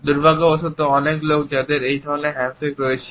দুর্ভাগ্যবশত অনেক লোক যাদের এই ধরণের হ্যান্ডশেক রয়েছে